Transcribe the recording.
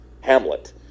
Hamlet